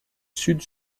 sud